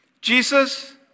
Jesus